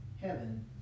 heaven